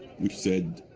which said,